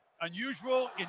unusual